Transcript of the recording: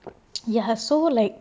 ya so like